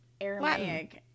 Aramaic